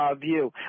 view